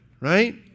right